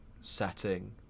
setting